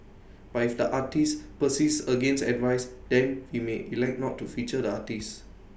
but if the artist persists against advice then we may elect not to feature the artist